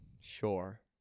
Sure